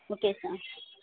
okay sir